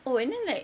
oh and then like